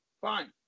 fine